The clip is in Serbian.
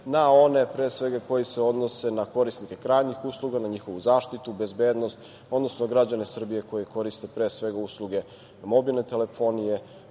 na one, pre svega, koji se odnose na korisnike pravnih usluga, na njihovu zaštitu, bezbednost, odnosno građane Srbije koji koriste usluge mobilne telefonije